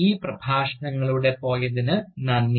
ഈ പ്രഭാഷണങ്ങളിലൂടെ പോയതിന് നന്ദി